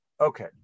Okay